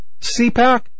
CPAC